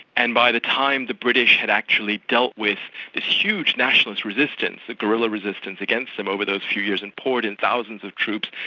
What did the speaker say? and by the time the british had actually dealt with this huge nationalist resistance, the guerrilla resistance against them over those few years and poured in thousands of troops,